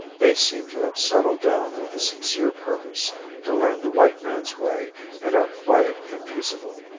they seem to have settled down with a sincere purpose to learn the white man's way and are quiet and peaceable.